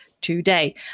today